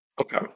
Okay